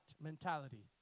mentality